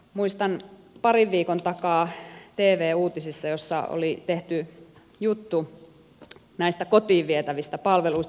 muistan parin viikon takaa tv uutiset joissa oli tehty juttu näistä kotiin vietävistä palveluista